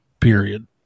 Period